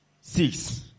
six